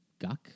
guck